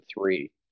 three